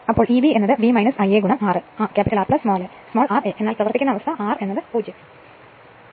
അത് ഉണ്ടാക്കാൻ കഴിയും Eb V Ia ra R ra എന്നാൽ പ്രവർത്തിക്കുന്ന അവസ്ഥ R 0